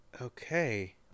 okay